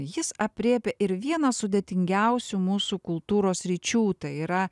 jis aprėpia ir vieną sudėtingiausių mūsų kultūros sričių tai yra